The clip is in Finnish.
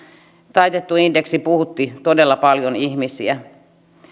taitettu indeksi puhutti todella paljon ihmisiä